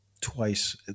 twice